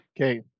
Okay